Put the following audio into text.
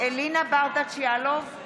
אלינה ברדץ' יאלוב,